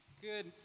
Good